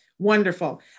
Wonderful